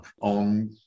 on